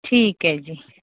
ਠੀਕ ਹੈ ਜੀ